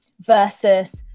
versus